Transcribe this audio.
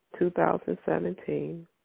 2017